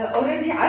Already